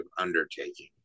undertaking